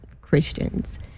Christians